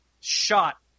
shot